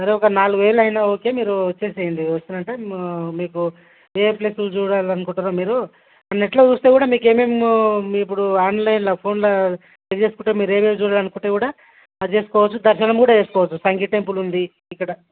సరే ఒక నాలుగు వేలు అయినా ఓకే మీరు ఇచ్చేసేయండి వచ్చారు అంటే మీకు ఏ ప్లేసులు చూడాలని అనుకుంటున్నారో మీరు నెట్లో చూస్తే కూడా మీకు ఏమేమి ఇప్పుడు ఆన్లైన్లో ఫోన్లో ఇది చేసుకుంటే మీరు ఏమేమి చూడాలని అనుకుంటే కూడా అది చూసుకోవచ్చు దర్శనం కూడా చేసుకోవచ్చు సంగీ టెంపుల్ ఇది ఇక్కడ